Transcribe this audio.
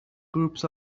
groups